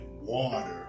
water